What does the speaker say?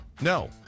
No